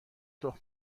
تخم